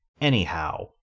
Anyhow